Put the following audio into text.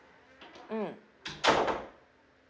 mm